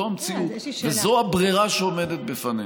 זו המציאות וזו הברירה שעומדת בפנינו.